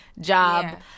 Job